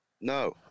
No